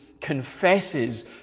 confesses